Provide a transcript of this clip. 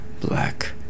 black